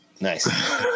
nice